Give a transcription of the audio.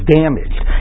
damaged